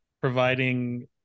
providing